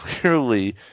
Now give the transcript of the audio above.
clearly